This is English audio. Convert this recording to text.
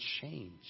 change